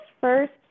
first